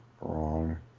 wrong